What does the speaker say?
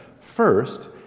First